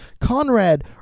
Conrad